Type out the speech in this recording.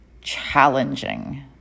challenging